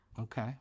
Okay